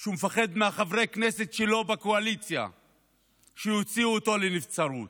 שהוא מפחד מחברי הכנסת שלו בקואליציה שיוציאו אותו לנבצרות.